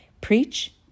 preach